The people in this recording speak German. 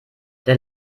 der